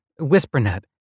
whispernet